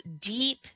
deep